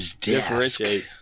differentiate